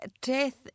death